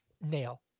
nail